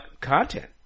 content